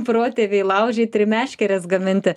protėviai laužyt ir meškeres gaminti